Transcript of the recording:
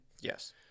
Yes